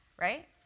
right